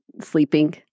sleeping